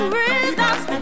Rhythms